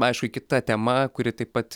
aišku kita tema kuri taip pat